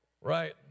Right